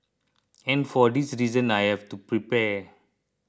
and for this reason I have to prepare